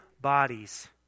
bodies